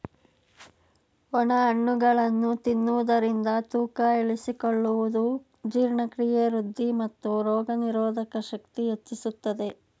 ಒಣ ಹಣ್ಣುಗಳನ್ನು ತಿನ್ನುವುದರಿಂದ ತೂಕ ಇಳಿಸಿಕೊಳ್ಳುವುದು, ಜೀರ್ಣಕ್ರಿಯೆ ವೃದ್ಧಿ, ಮತ್ತು ರೋಗನಿರೋಧಕ ಶಕ್ತಿ ಹೆಚ್ಚಿಸುತ್ತದೆ